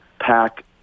pack